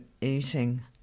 eating